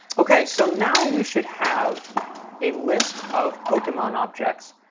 ok, so now we should have a list of pokemon objects,